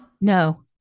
No